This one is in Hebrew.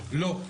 לא.